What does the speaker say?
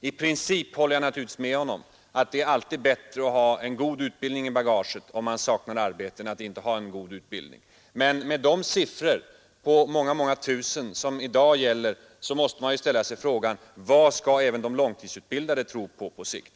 I princip håller jag naturligtvis med honom om att det alltid är bättre att ha en god utbildning i bagaget om man saknar arbete än att inte ha en god utbildning. Men med de siffror som i dag gäller, avseende många, många tusen, så måste man ju ställa sig frågan: Vad skall även de långtidsutbildade tro på på sikt?